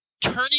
turning